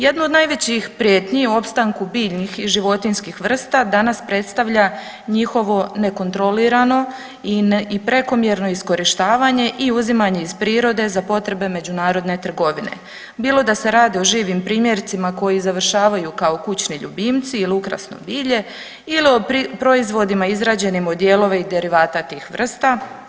Jedno od najvećih prijetnji u opstanku biljnih i životinjskih vrsta danas predstavlja njihovo nekontrolirano i prekomjerno iskorištavanje i uzimanje iz prirode za potrebe međunarodne trgovine bilo da se radi o živim primjercima koji završavaju kao kućni ljubimci ili ukrasno bilje ili o proizvodima izrađenim od dijelova i derivata tih vrsta.